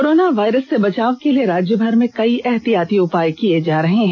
corona virus से बचाव के लिए राज्यभर में कई एहतियाती उपाय किये जा रहे हैं